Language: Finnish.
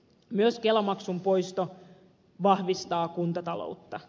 myös kelamaksun poisto vahvistaa kuntataloutta